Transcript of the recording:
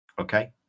Okay